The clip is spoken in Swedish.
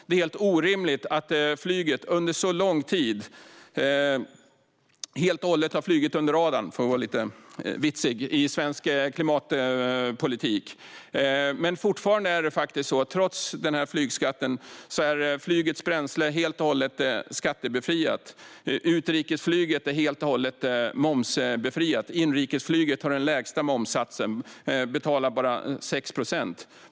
Det är helt orimligt att flyget under så lång tid helt och hållet har flugit under radarn, för att vara lite vitsig, i svensk klimatpolitik. Trots flygskatten är flygets bränsle fortfarande helt och hållet skattebefriat. Utrikesflyget är helt och hållet momsbefriat. Inrikesflyget har den lägsta momssatsen och betalar bara 6 procent.